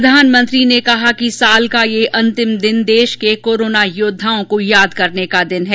प्रधानमंत्री ने कहा कि साल का ये अंतिम दिन देश के कोरोना योद्वाओं का याद करने का है